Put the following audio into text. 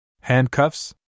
Handcuffs